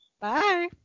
Bye